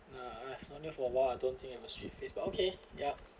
uh I have known you for awhile I don't think I have a sweet face but okay yup